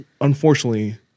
unfortunately